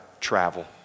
travel